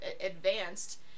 advanced